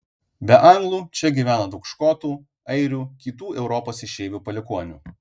be anglų čia gyvena daug škotų airių kitų europos išeivių palikuonių